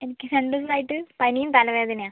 എനിക്ക് രണ്ട് ദിവസമായിട്ട് പനിയും തലവേദനയും ആ